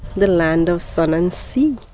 the land of sun and sea,